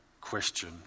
question